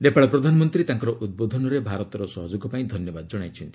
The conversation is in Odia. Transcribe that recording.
ନେପାଳ ପ୍ରଧାନମନ୍ତ୍ରୀ ତାଙ୍କର ଉଦ୍ବୋଧନରେ ଭାରତର ସହଯୋଗ ପାଇଁ ଧନ୍ୟବାଦ ଜଣାଇଛନ୍ତି